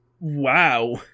Wow